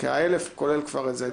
כי ה-1,000 כולל כבר את זה.